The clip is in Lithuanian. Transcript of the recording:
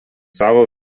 savo